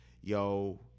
yo